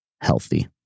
healthy